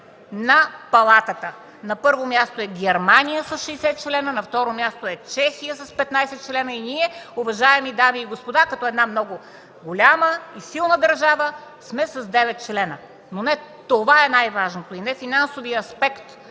на палатата. На първо място е Германия с 60 члена, на второ място е Чехия с 15 члена и ние, уважаеми дами и господа, като една много голяма и силна държава, сме с 9 члена. Но не това е най-важното и не финансовият аспект